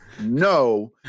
no